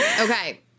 okay